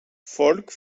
folk